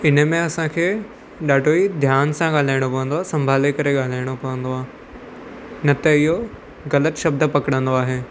इनमें असांखे ॾाढो ई ध्यानु सां ॻाल्हाइणो पवंदोसीं संभाले करे ॻाल्हाइणो पवंदो आहे न त इहो ग़लति शब्द पकड़ंदो आहे